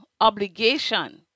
obligation